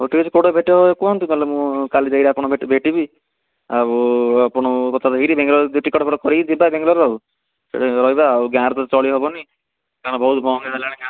hotel କୋଉଠି ଭେଟ ହେବେ କୁହନ୍ତୁ ନ ହେଲେ ମୁଁ କାଲି ଯାଇ ଆପଣଙ୍କୁ ଭେଟିବି ଆଉ ଆପଣଙ୍କ କଥାରେ ଏଇଠି ବାଙ୍ଗାଲୋର ଟିକଟ୍ଫିକଟ୍ କରି ଯିବା ବାଙ୍ଗାଲୋର ଆଉ ସେଠି ରହିବା ଆଉ ଗାଁରେ ତ ଚଳି ହେବନି କାରଣ ବହୁତ ମହଙ୍ଗା ହେଲାଣି ଗାଁରେ